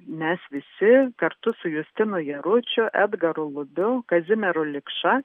mes visi kartu su justinu jaručiu edgaru lubiu kazimieru likša